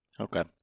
Okay